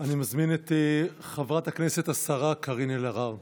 אני מזמין את חברת הכנסת השרה קארין אלהרר.